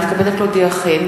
אני מתכבדת להודיעכם,